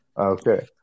okay